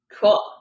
Cool